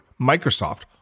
Microsoft